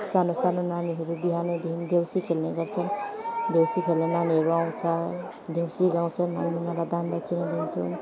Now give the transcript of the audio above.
सानो सानो नानीहरू बिहानदेखि देउसी खेल्ने गर्छन् देउसी खेल्ने नानीहरू आउँछ देउसी गाउँछन् अनि उनीहरूलाई दान दक्षिणा दिन्छौँ